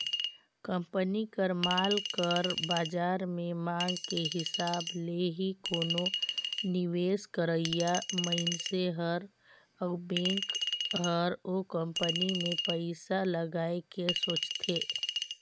company कर माल कर बाजार में मांग के हिसाब ले ही कोनो निवेस करइया मनइसे हर अउ बेंक हर ओ कंपनी में पइसा लगाए के सोंचथे